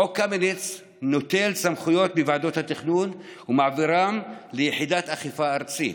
חוק קמיניץ נוטל סמכויות מוועדות התכנון ומעבירן ליחידת האכיפה הארצית.